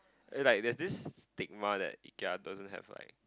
like there's this stigma that Ikea doesn't have like